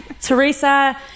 Teresa